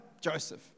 Joseph